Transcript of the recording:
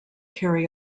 carry